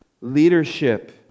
leadership